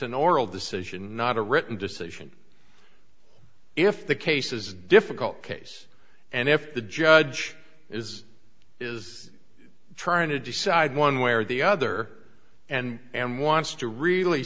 an oral decision not a written decision if the case is difficult case and if the judge is is trying to decide one way or the other and wants to really